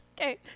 Okay